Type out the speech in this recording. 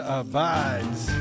abides